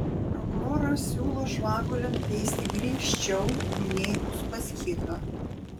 prokuroras siūlo žvagulį nuteisti griežčiau nei uspaskichą